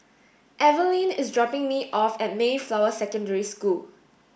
Eveline is dropping me off at Mayflower Secondary School